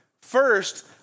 First